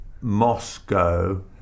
Moscow